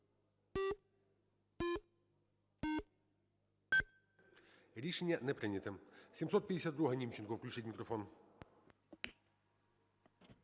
Рішення не прийнято. 744-а, Німченко. Включіть мікрофон.